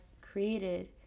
created